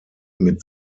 mit